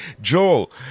Joel